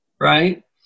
Right